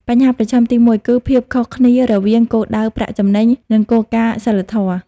បញ្ហាប្រឈមទីមួយគឺ ភាពខុសគ្នារវាងគោលដៅប្រាក់ចំណេញ និងគោលការណ៍សីលធម៌។